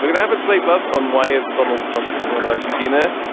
but and have a slight buzz on why is donald trump picking on argentina?